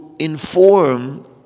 inform